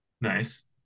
Nice